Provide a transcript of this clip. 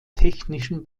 technischen